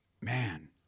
man